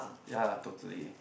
ya totally